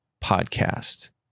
podcast